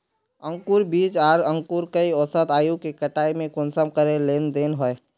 अंकूर बीज आर अंकूर कई औसत आयु के कटाई में कुंसम करे लेन देन होए?